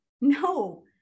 No